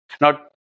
Now